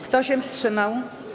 Kto się wstrzymał?